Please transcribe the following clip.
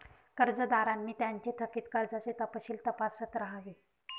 कर्जदारांनी त्यांचे थकित कर्जाचे तपशील तपासत राहावे